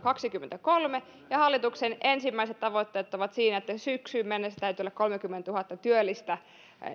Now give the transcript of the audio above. kaksikymmentäkolme ja hallituksen ensimmäiset tavoitteet ovat siinä että syksyyn mennessä täytyy olla kolmekymmentätuhatta työllistä